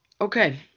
Okay